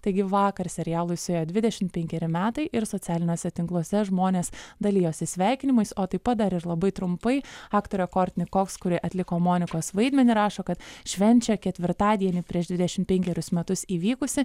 taigi vakar serialui suėjo dvidešimt penkeri metai ir socialiniuose tinkluose žmonės dalijosi sveikinimais o taip pat dar ir labai trumpai aktorė kortni koks kuri atliko monikos vaidmenį rašo kad švenčia ketvirtadienį prieš dvidešimt penkerius metus įvykusį